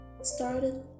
started